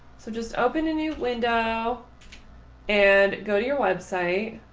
so just open a new window and go to your website.